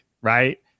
right